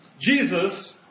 Jesus